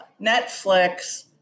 Netflix